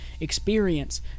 experience